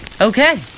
Okay